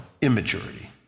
immaturity